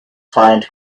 find